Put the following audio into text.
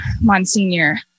Monsignor